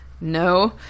No